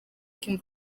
kim